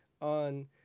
on